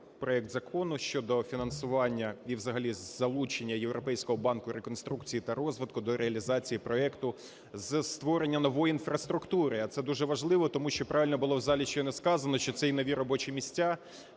проект Закону щодо фінансування і взагалі залучення Європейського банку реконструкції та розвитку до реалізації проекту з створення нової інфраструктури. А це дуже важливо, тому що правильно було в залі щойно сказано, що це і нові робочі місця,